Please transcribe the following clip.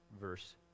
verse